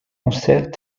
concerts